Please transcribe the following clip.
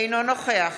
אינו נוכח